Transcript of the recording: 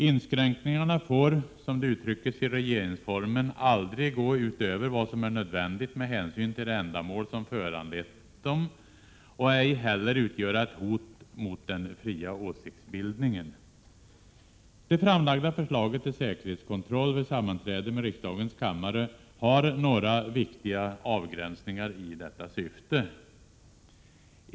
Inskränkningarna får, som det uttrycks i regeringsformen, aldrig gå utöver vad som är nödvändigt med hänsyn till det ändamål som föranlett dem, och ej heller utgöra ett hot mot den fria åsiktsbildningen. Det framlagda förslaget till säkerhetskontroll vid sammanträde med riksdagens kammare har några viktiga avgränsningar i detta syfte.